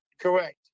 Correct